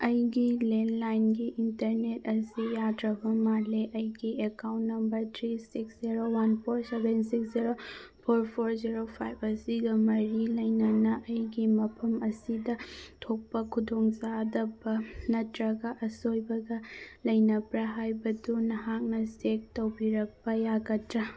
ꯑꯩꯒꯤ ꯂꯦꯟꯂꯥꯏꯟꯒꯤ ꯏꯟꯇꯔꯅꯦꯠ ꯑꯁꯤ ꯌꯥꯗ꯭ꯔꯕ ꯃꯥꯜꯂꯦ ꯑꯩꯒꯤ account number three six zero one four seven six zero four four zero five ꯑꯁꯤꯒ ꯃꯔꯤ ꯂꯩꯅꯅ ꯑꯩꯒꯤ ꯃꯐꯝ ꯑꯁꯤꯗ ꯊꯣꯛꯄ ꯈꯨꯗꯣꯡ ꯆꯥꯗꯕ ꯅꯠꯇ꯭ꯔꯒ ꯑꯁꯣꯏꯕꯒ ꯂꯩꯅꯕ꯭ꯔꯥ ꯍꯥꯏꯕꯗꯨ ꯅꯍꯥꯛꯅ ꯆꯦꯛ ꯇꯧꯕꯤꯔꯛꯄ ꯌꯥꯒꯗ꯭ꯔꯥ